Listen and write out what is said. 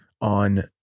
on